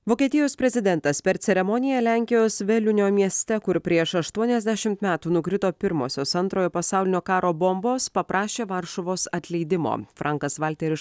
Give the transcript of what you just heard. vokietijos prezidentas per ceremoniją lenkijos veliunio mieste kur prieš aštuoniasdešimt metų nukrito pirmosios antrojo pasaulinio karo bombos paprašė varšuvos atleidimo frankas valteris